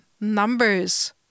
numbers